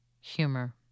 Humor